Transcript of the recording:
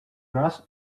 grass